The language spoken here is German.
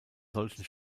solchen